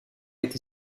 été